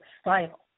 style